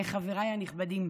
חבריי הנכבדים,